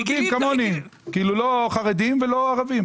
רגילים כמוני, לא חרדים ולא ערבים.